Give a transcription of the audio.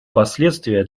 последствия